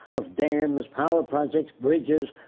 of dams, power projects, bridges,